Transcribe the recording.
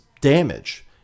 damage